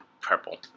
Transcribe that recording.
purple